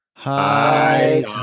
Hi